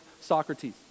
Socrates